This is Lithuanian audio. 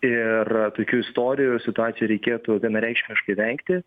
ir tokių istorijų ir situacijų reikėtų vienareikšmiškai vengti